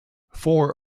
four